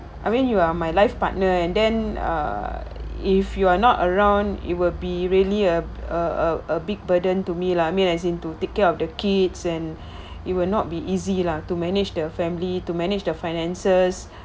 I mean you are my life partner and then err if you are not around it will be really a a a a big burden to me lah I mean as in to take care of the kids and it will not be easy lah to manage the family to manage the finances